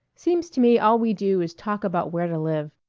seems to me all we do is talk about where to live.